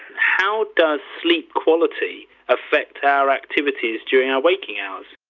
how does sleep quality affect our activities during our waking hours?